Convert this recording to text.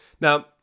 Now